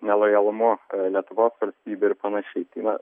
nelojalumu lietuvos valstybei ir panašiai tai na